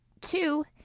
Two